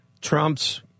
Trump's